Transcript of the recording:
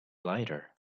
lighter